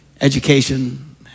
education